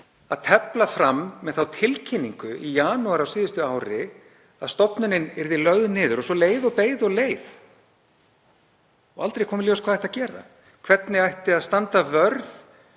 að tefla fram þeirri tilkynningu í janúar á síðasta ári að stofnunin yrði lögð niður og svo leið og beið og leið og aldrei kom í ljós hvað ætti að gera, hvernig ætti að standa vörð